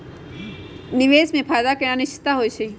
निवेश में फायदा के अनिश्चितता होइ छइ